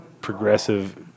progressive